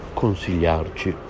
consigliarci